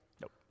Nope